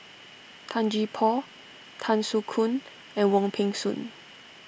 Tan Gee Paw Tan Soo Khoon and Wong Peng Soon